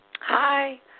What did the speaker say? Hi